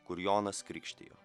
kur jonas krikštijo